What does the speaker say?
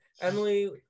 Emily